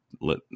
let